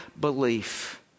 belief